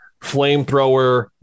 flamethrower